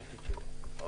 ספציפית לגביו, ובצדק.